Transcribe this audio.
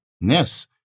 yes